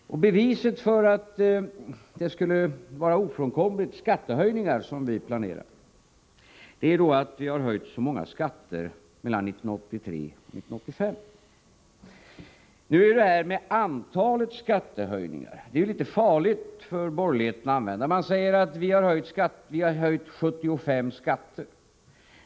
Beviset för att det ofrånkomligen skulle vara skattehöjningar som vi planerar är att vi har höjt så många skatter 1983-1985. Nu är resonemangen om antalet skattehöjningar litet farliga för borgerligheten att använda. Borgerligheten säger att vi har höjt 75 skatter.